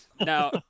Now